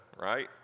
right